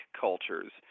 cultures